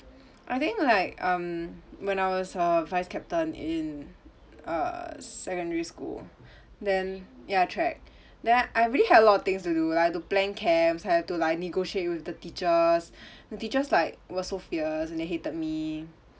I think like um when I was a vice captain in uh se~ secondary school then ya track then I really had a lot of things to do like I've to plan camps I have to like negotiate with the teachers the teachers like was so fierce and they hated me